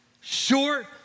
short